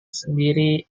sendiri